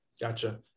gotcha